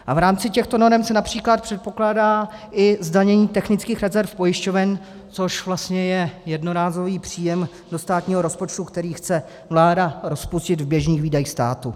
V rámci těchto norem se například předpokládá i zdanění technických rezerv pojišťoven, což je vlastně jednorázový příjem do státního rozpočtu, který chce vláda rozpustit v běžných výdajích státu.